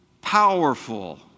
Powerful